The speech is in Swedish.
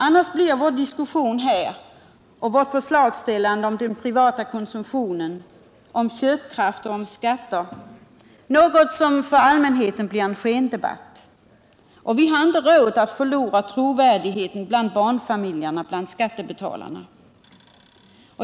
Annars blir vår diskussion här och vårt förslagsställande om den privata konsumtionen, om köpkraft och om skatter något som för allmänheten är en skendebatt. Vi har inte råd att förlora trovärdigheten bland barnfamiljerna, bland skattebetalarna.